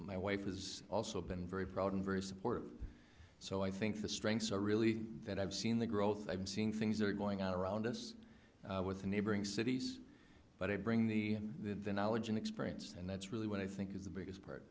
my wife has also been very proud and very supportive so i think the strengths are really that i've seen the growth i'm seeing things are going on around us with the neighboring cities but i bring the their knowledge and experience and that's really what i think is the biggest part